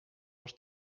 was